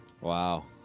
Wow